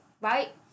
right